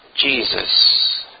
Jesus